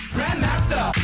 Grandmaster